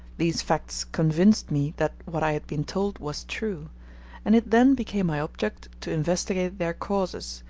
these facts convinced me that what i had been told was true and it then became my object to investigate their causes,